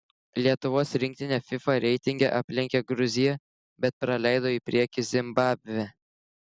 lietuvos rinktinė fifa reitinge aplenkė gruziją bet praleido į priekį zimbabvę